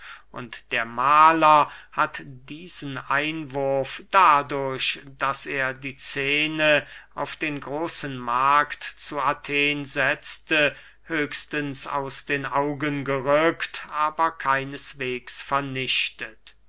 und der mahler hat diesen einwurf dadurch daß er die scene auf den großen markt zu athen setzte höchstens aus den augen gerückt aber keineswegs vernichtet